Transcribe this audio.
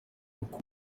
uku